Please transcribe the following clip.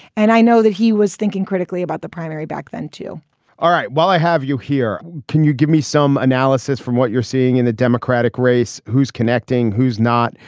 and i know that he was thinking critically about the primary back then, too all right. while i have you here. can you give me some analysis from what you're seeing in the democratic race? who's connecting? who's not?